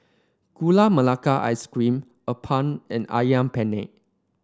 Gula Melaka Ice Cream appam and ayam penyet